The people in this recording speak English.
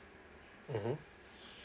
mmhmm